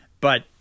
but-